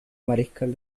mariscal